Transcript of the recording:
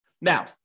Now